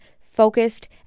focused